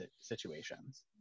situations